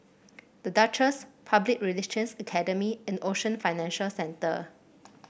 The Duchess Public Relations Academy and Ocean Financial Centre